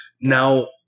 Now